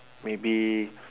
maybe